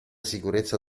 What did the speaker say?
sicurezza